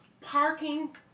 parking